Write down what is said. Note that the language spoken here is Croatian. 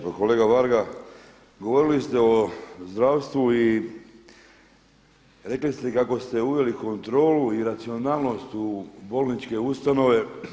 Pa kolega Varga, govorili ste o zdravstvu i rekli ste kako ste uveli kontrolu i racionalnost u bolničke ustanove.